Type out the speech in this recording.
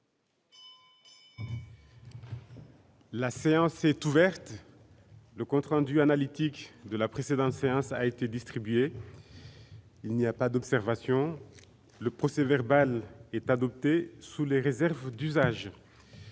La séance est ouverte.. Le compte rendu analytique de la précédente séance a été distribué. Il n'y a pas d'observation ?... Le procès-verbal est adopté sous les réserves d'usage.